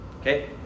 Okay